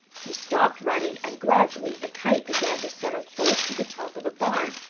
he stopped running and gradually the kite began to settle close to the top of the barn.